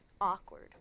awkward